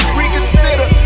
reconsider